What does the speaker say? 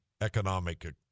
economic